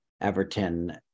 Everton